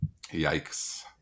Yikes